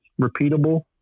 repeatable